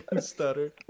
stutter